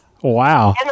Wow